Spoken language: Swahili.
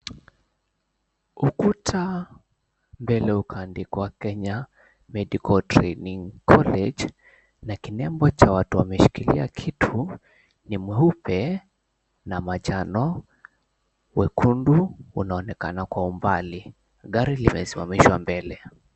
Ukuta mbele ukaandikwa, Kenya Medical Training College, na kinembo cha watu wameshikilia kitu, ni mweupe na manjano, wekundu unaonekana kwa umbali. Gari limesimamishwa mbele.